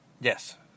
Yes